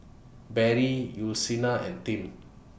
Barry Yussila and Tim